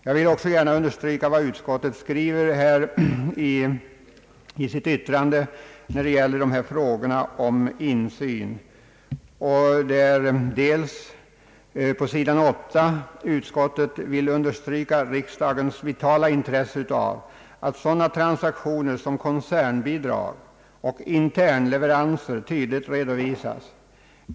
Jag vill också gärna understryka vad utskottet skriver när det gäller frågan om insyn: »Utskottet vill understryka riksdagens vitala intresse av att sådana transaktioner som koncernbidrag och internleveranser tydligt redovisas.